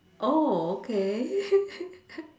oh okay